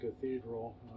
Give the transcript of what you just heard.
cathedral